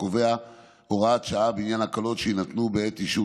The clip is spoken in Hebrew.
הקובע הוראת שעה בעניין הקלות שיינתנו בעת אישור